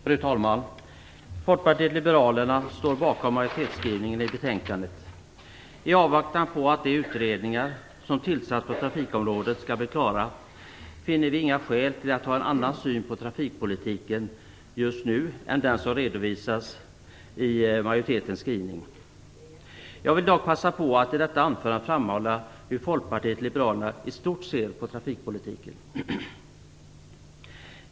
Fru talman! Folkpartiet liberalerna står bakom majoritetsskrivningen i betänkandet. I avvaktan på att de utredningar som tillsatts på trafikområdet skall bli klara finner vi inga skäl till att just nu ha en annan syn på trafikpolitiken än den som redovisas i majoritetens skrivning. Jag vill dock passa på att i detta anförande framhålla hur Folkpartiet liberalerna i stort ser på trafikpolitiken.